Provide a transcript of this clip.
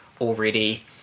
already